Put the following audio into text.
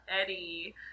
Eddie